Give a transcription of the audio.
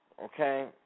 Okay